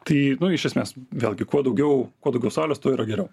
tai nu iš esmės vėlgi kuo daugiau kuo daugiau saulės tuo yra geriau